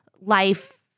life